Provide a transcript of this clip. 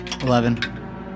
Eleven